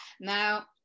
Now